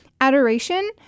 Adoration